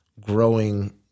growing